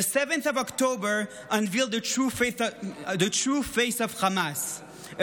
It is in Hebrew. The 7th of October unveiled the true face of Hamas,